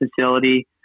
facility